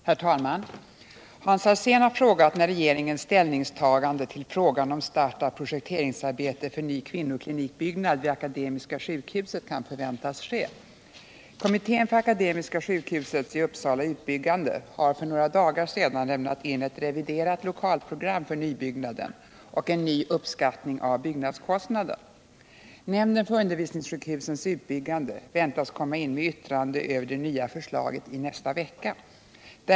318, till socialministern, och anförde: Herr talman! Hans Alsén har frågat när regeringens ställningstagande till frågan om start av projekteringsarbetet för ny kvinnoklinik vid akademiska sjukhuset kan förväntas ske. Kommittén för akademiska sjukhusets i Uppsala utbyggande har för några dagar sedan lämnat in ett reviderat lokalprogram för nybyggnaden och en ny uppskattning av byggnadskostnaden. Nämnden för undervisningssjukhusens utbyggande väntas komma in med yttrande över det nya förslaget i nästa vecka.